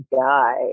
guy